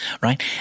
right